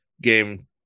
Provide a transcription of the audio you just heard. game